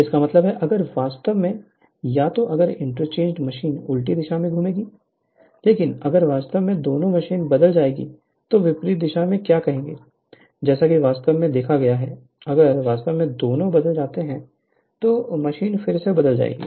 इसका मतलब है अगर वास्तव में या तो अगर इंटरचेंज मशीन उल्टी दिशा में घूमेगी लेकिन अगर वास्तव में दोनों मशीन बदल जाएंगी तो विपरीत दिशा में क्या कहेंगे जैसा कि वास्तव में देखा गया है अगर वास्तव में दोनों बदल जाते हैं तो मशीन फिर से बदल जाएगी